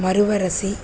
மருவரசி